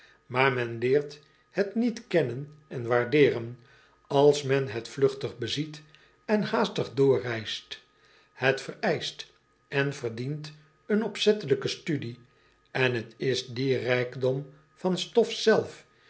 aar men leert het niet kennen en waardeeren als men het vlugtig beziet en haastig doorreist et vereischt en verdient een opzettelijke studie en het is die rijkdom van stof zelf